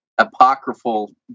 apocryphal